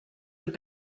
with